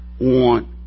want